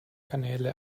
kanäle